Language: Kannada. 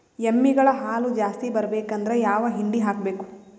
ಎಮ್ಮಿ ಗಳ ಹಾಲು ಜಾಸ್ತಿ ಬರಬೇಕಂದ್ರ ಯಾವ ಹಿಂಡಿ ಹಾಕಬೇಕು?